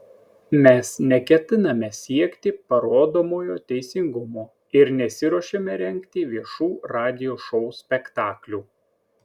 mes neketiname siekti parodomojo teisingumo ir nesiruošiame rengti viešų radijo šou spektaklių